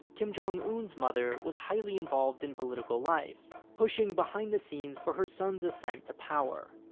kim jong-un's mother was highly involved in political life, pushing behind the scenes for her son's ascent to power.